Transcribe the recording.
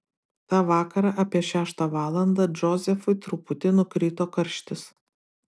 tą vakarą apie šeštą valandą džozefui truputį nukrito karštis